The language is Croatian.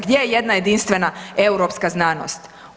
Gdje je jedna jedinstvena europska znanost.